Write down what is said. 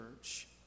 church